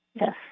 yes